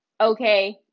Okay